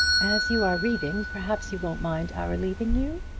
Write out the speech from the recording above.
as you are reading, perhaps you won't mind our leaving you?